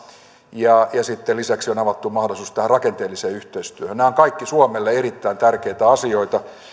ja sitten lisäksi on avattu mahdollisuus tähän rakenteelliseen yhteistyöhön nämä ovat kaikki suomelle erittäin tärkeitä asioita